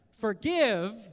Forgive